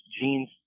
genes